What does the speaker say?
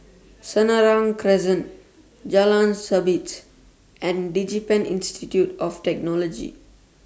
Senang Crescent Jalan Sabit and Digipen Institute of Technology